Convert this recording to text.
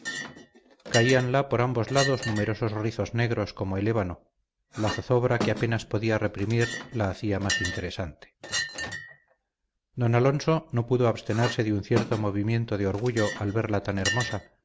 compostura caíanla por ambos lados numerosos rizos negros como el ébano la zozobra que apenas podía reprimir la hacía más interesante don alonso no pudo abstenerse de un cierto movimiento de orgullo al verla tan hermosa